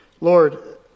Lord